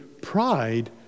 pride